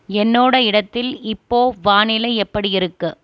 என்னோட இடத்தில் இப்போது வானிலை எப்படி இருக்கு